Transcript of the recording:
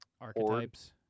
archetypes